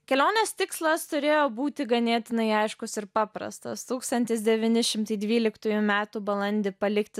kelionės tikslas turėjo būti ganėtinai aiškus ir paprastas tūkstantis devyni šimtai dvyliktųjų metų balandį palikti